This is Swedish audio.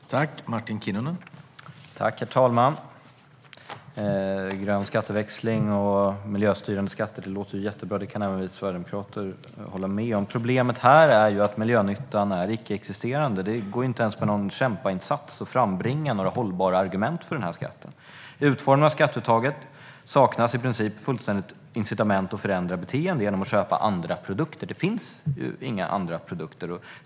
Herr talman! Det låter jättebra med grön skatteväxling och miljöstyrande skatter. Det kan även vi sverigedemokrater hålla med om. Problemet här är att miljönyttan är icke-existerande. Det går inte ens att med en kämpainsats frambringa hållbara argument för den här skatten. I utformningen av skatteuttaget saknas i princip fullständigt ett incitament att ändra beteende genom att köpa andra produkter. Det finns ju inga andra produkter.